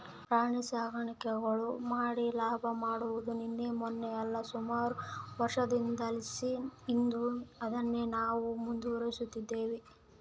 ಪ್ರಾಣಿಗುಳ ಸಾಕಾಣಿಕೆ ಮಾಡಿ ಲಾಭ ಮಾಡಾದು ನಿನ್ನೆ ಮನ್ನೆದಲ್ಲ, ಸುಮಾರು ವರ್ಷುದ್ಲಾಸಿ ಇದ್ದು ಅದುನ್ನೇ ನಾವು ಮುಂದುವರಿಸ್ತದಿವಿ